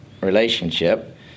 relationship